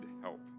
help